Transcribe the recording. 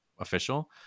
official